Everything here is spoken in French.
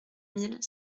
mille